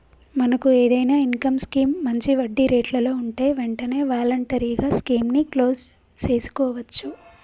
మనకు ఏదైనా income scheme మంచి వడ్డీ రేట్లలో ఉంటే వెంటనే వాలంటరీగా స్కీమ్ ని క్లోజ్ సేసుకోవచ్చు